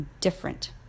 different